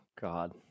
God